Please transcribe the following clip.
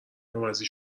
عوضی